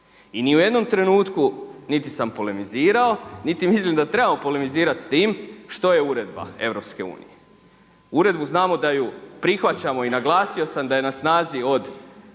I ni u jednom trenutku niti sam polemizirao niti mislim da trebamo polemizirati s tim što je uredba EU. Uredbu znamo da ju prihvaćamo i naglasio sam da je na snazi od